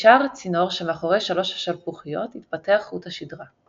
משאר הצינור שמאחורי שלוש השלפוחיות יתפתח חוט השדרה.